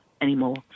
anymore